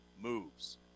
moves